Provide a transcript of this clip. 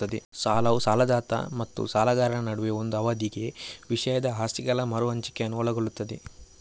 ಸಾಲವು ಸಾಲದಾತ ಮತ್ತು ಸಾಲಗಾರನ ನಡುವೆ ಒಂದು ಅವಧಿಗೆ ವಿಷಯದ ಆಸ್ತಿಗಳ ಮರು ಹಂಚಿಕೆಯನ್ನು ಒಳಗೊಳ್ಳುತ್ತದೆ